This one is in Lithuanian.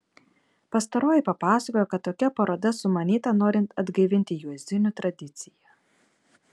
pastaroji papasakojo kad tokia paroda sumanyta norint atgaivinti juozinių tradiciją